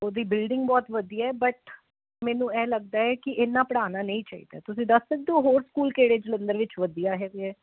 ਉਹਦੀ ਬਿਲਡਿੰਗ ਬਹੁਤ ਵਧੀਆ ਬਟ ਮੈਨੂੰ ਇਹ ਲੱਗਦਾ ਹੈ ਕਿ ਇੰਨਾਂ ਪੜਾਣਾ ਨਹੀਂ ਚਾਹੀਦਾ ਤੁਸੀਂ ਦੱਸ ਸਕਦੇ ਹੋ ਹੋਰ ਸਕੂਲ ਕਿਹੜੇ ਜਲੰਧਰ ਵਿੱਚ ਵਧੀਆ ਹੈਗੇ